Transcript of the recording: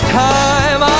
time